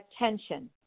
attention